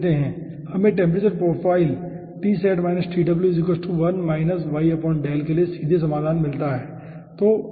हमें temperature profile के लिए सीधे समाधान मिलता है ठीक है